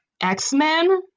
X-Men